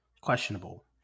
questionable